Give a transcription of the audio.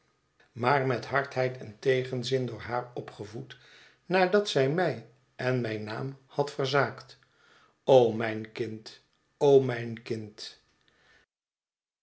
maar met hardheid en tegenzin door haar opgevoed nadat zij mij en mijn naam had verzaakt o mijn kind o mijn kind